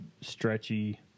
stretchy